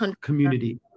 community